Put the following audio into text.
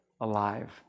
alive